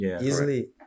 easily